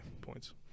points